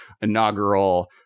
inaugural